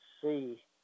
see